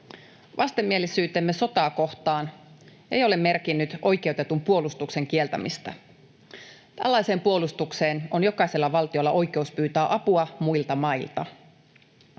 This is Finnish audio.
Vastenmielisyytemme sotaa kohtaan ei ole merkinnyt oikeutetun puolustuksen kieltämistä. Tällaiseen puolustukseen on jokaisella valtiolla oikeus pyytää apua muilta mailta.